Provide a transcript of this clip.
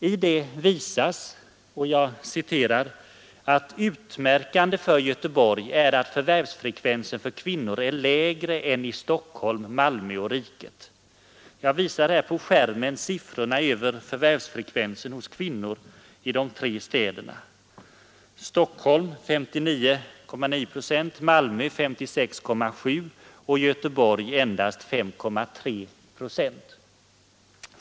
I det redovisas att ”utmärkande för Göteborg är att förvärvsfrekvensen för kvinnor är lägre än i Stockholm, Malmö och riket”. Jag visar här på TV-skärmen siffrorna över förvärvsfrekvensen hos kvinnor i de tre städerna: Stockholm 59,9 procent, Malmö 56,7 och Göteborg endast 52,3 procent.